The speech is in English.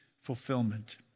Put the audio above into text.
fulfillment